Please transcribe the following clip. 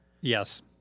Yes